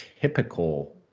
typical